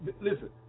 listen